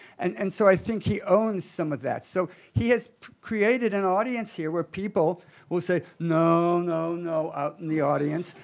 and and so i think he owns some of that. so he has created an audience here where people will say, no no no, out in the audience,